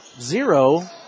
zero